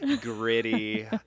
gritty